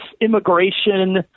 immigration